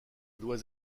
dois